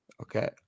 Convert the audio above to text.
Okay